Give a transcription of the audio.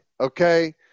Okay